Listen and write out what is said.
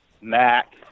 Mac